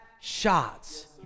shots